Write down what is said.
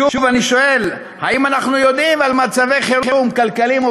שוב אני שואל: האם אנחנו יודעים על מצבי חירום כלכליים או